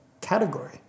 category